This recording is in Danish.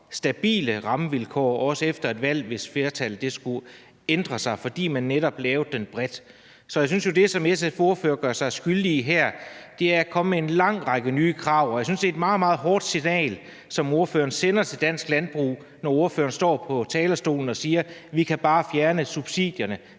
stabile rammevilkår, også efter et valg, hvis flertallet skulle ændre sig, ved netop at lave den bredt. Så jeg synes jo det, som SF's ordfører gør sig skyldig i her, er at komme med en lang række nye krav, og jeg synes, det er et meget, meget hårdt signal, som ordføreren sender til dansk landbrug, når ordføreren står på talerstolen og siger: Vi kan bare fjerne subsidierne